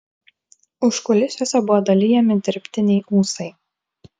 užkulisiuose buvo dalijami dirbtiniai ūsai